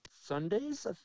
sundays